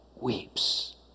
weeps